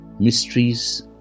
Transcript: Mysteries